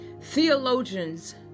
theologians